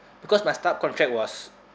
because my starhub contract was